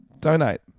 donate